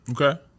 Okay